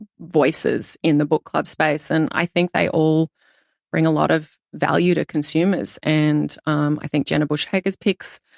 voices in the book club space, and i think they all bring a lot of value to consumers. and um i think jenna bush hager's picks,